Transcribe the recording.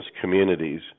communities